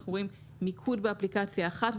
אנחנו רואים מיקוד באפליקציה אחת,